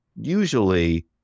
Usually